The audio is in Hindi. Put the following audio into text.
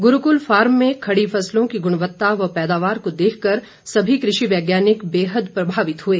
गुरूकुल फार्म में खड़ी फसलों की गुणवत्ता व पैदावार को देखकर सभी कृषि वैज्ञानिक बेहद प्रभावित हुए